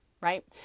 right